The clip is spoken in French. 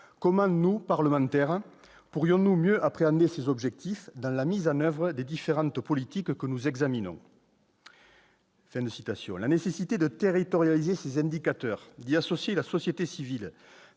Comment nous, parlementaires, pourrions-nous mieux appréhender ces objectifs dans la mise en oeuvre des différentes politiques que nous examinons ?» La nécessité de territorialiser ces indicateurs, d'y associer la société civile,